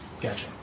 Gotcha